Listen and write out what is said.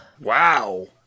Wow